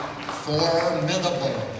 formidable